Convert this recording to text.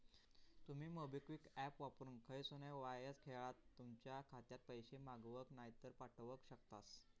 तुमी MobiKwik app वापरून खयसूनय वायच येळात तुमच्या खात्यात पैशे मागवक नायतर पाठवक शकतास